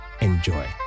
enjoy